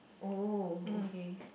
oh okay